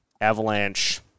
Avalanche